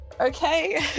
okay